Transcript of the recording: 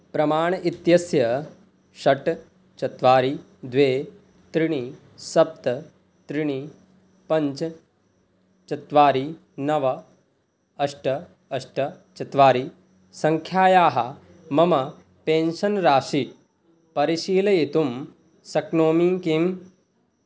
प्रमाणम् इत्यस्य षट् चत्वारि द्वे त्रीणि सप्त त्रीणि पञ्च चत्वारि नव अष्ट अष्ट चत्वारि सङ्ख्यायाः मम पेन्शन् राशिं परिशीलयितुं शक्नोमि किम्